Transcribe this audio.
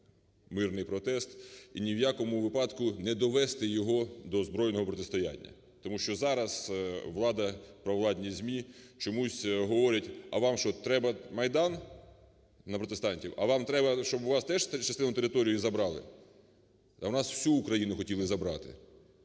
мирний протест і ні в якому випадку не довести його до озброєного протистояння, тому що зараз влада, провладні ЗМІ чомусь говорять: "А вам що, треба Майдан? (на протестантів) А вам треба, щоб у вас теж частину території забрали?". А в нас всю Україну хотіли забрати.